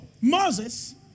Moses